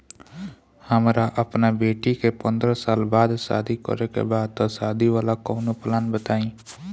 हमरा अपना बेटी के पंद्रह साल बाद शादी करे के बा त शादी वाला कऊनो प्लान बताई?